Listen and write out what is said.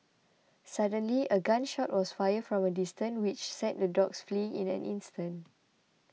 suddenly a gun shot was fired from a distance which sent the dogs fleeing in an instant